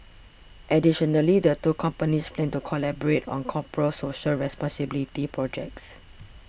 additionally the two companies plan to collaborate on corporate social responsibility projects